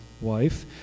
wife